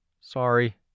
Sorry